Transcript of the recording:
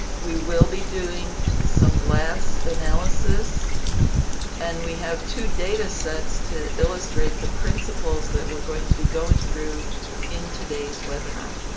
we will be doing some blast analysis and we have two data sets to illustrate the principles that we're going to be going through in today's webinar.